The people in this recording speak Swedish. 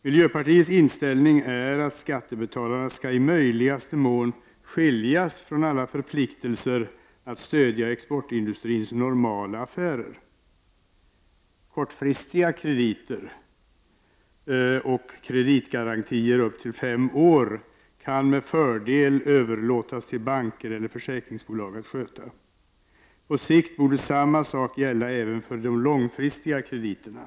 Miljöpartiets inställning är den att skattebetalarna i möjligaste mån skall skiljas från alla förpliktelser att stödja exportindustrins normala affärer. Kortfristiga krediter och kreditgarantier på upp till fem år kan med fördel överlåtas till banker eller försäkringsbolag att sköta. På sikt borde samma sak gälla även för de långfristiga krediterna.